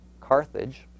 Carthage